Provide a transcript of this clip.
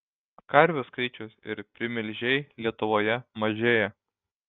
karvių skaičius ir primilžiai lietuvoje mažėja